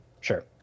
Sure